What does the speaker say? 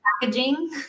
packaging